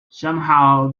somehow